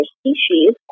species